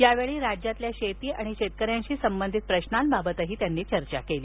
यावेळी राज्यातल्या शेती आणि शेतकऱ्यांशी संबंधित प्रश्नांबाबत त्यांनी चर्चा केली